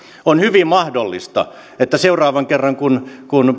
on hyvin mahdollista että seuraavan kerran kun kun